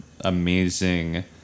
amazing